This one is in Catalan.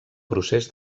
procés